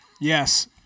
Yes